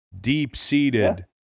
deep-seated